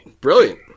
brilliant